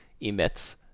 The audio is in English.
emits